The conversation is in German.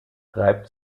reibt